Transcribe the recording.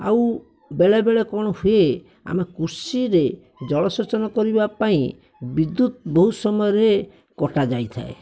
ଆଉ ବେଳେ ବେଳେ କଣ ହୁଏ ଆମେ କୃଷିରେ ଜଳ ସେଚନ କରିବା ପାଇଁ ବିଦ୍ୟୁତ ବହୁତ ସମୟରେ କଟା ଯାଇଥାଏ